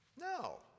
No